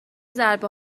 ضربه